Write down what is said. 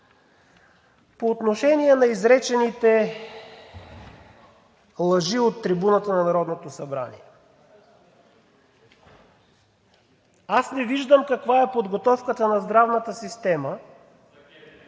По отношение на изречените лъжи от трибуната на Народното събрание. Не виждам каква е подготовката на здравната система